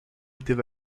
étant